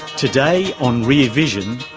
today on rear vision,